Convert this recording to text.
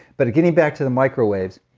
but getting back to the microwaves,